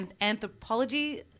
anthropology